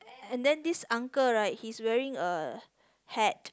and then this uncle right he's wearing a hat